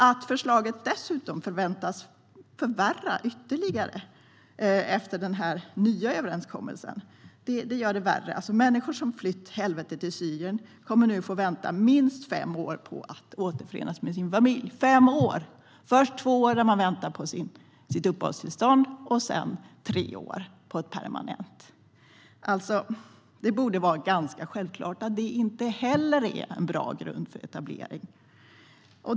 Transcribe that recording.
Att förslaget dessutom förväntas förvärra ytterligare efter den här nya överenskommelsen gör det värre. Människor som flytt helvetet i Syrien kommer nu att få vänta minst fem år på att återförenas med sin familj - först två år när de väntar på sitt uppehållstillstånd och sedan tre år när de väntar på ett permanent uppehållstillstånd. Det borde vara ganska självklart att det inte heller är en bra grund för etablering.